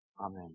amen